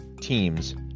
teams